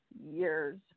years